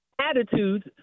attitudes